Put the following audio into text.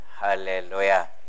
Hallelujah